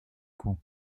coûts